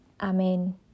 Amen